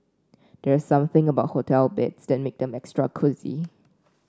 there's something about hotel beds that makes them extra cosy